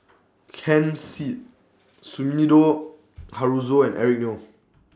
Ken Seet Sumida Haruzo and Eric Neo